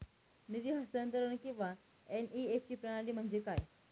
निधी हस्तांतरण किंवा एन.ई.एफ.टी प्रणाली म्हणजे काय?